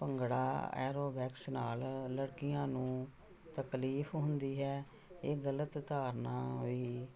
bhangra aerobics ਨਾਲ ਲੜਕੀਆਂ ਨੂੰ ਤਕਲੀਫ ਹੁੰਦੀ ਹੈ ਇਹ ਗਲਤ ਧਾਰਨਾ ਵੀ